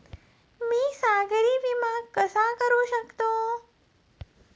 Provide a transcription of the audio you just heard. मी सागरी विमा कसा करू शकतो?